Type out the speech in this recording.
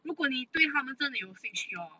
如果你对他们真的有兴趣 hor